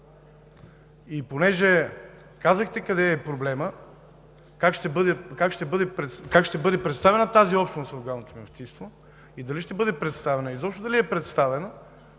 Понеже казахте къде е проблемът – как ще бъде представена тази общност в Главното мюфтийство, дали ще бъде представена и изобщо дали е представена,